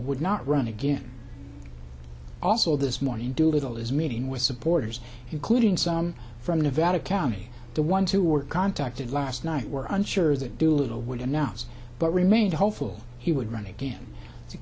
doolittle would not run again also this morning doolittle is meeting with supporters including some from nevada county the ones who were contacted last night were unsure that doolittle would announce but remained hopeful he would run again the